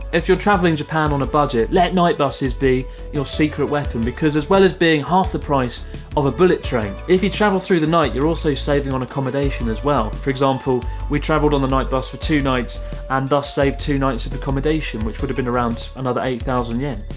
if you're traveling japan on a budget, let night busses be your secret weapon! because as well as being half the price of a bullet train, if you travel through the night you're also saving on accommodation as well. for example. we traveled on the night bus for two nights and thus saved two nights of and accommodation, which would have been around another eight thousand yen.